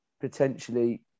potentially